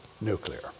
nuclear